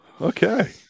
okay